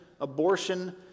abortion